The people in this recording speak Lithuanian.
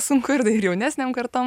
sunku ir ir jaunesnėm kartom